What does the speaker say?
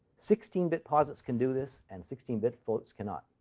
sixteen bit posits can do this, and sixteen bit floats cannot.